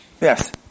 Yes